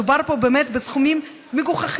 מדובר פה באמת בסכומים מגוחכים,